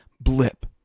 blip